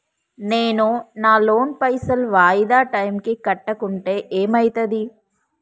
నేను నా లోన్ పైసల్ వాయిదా టైం కి కట్టకుంటే ఏమైతది?